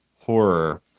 horror